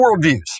worldviews